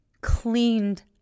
cleaned